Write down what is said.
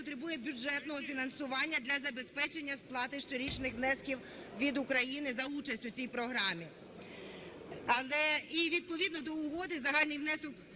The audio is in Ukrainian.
потребує бюджетного фінансування для забезпечення сплати щорічних внесків від України за участь у цій програмі.